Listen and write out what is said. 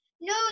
No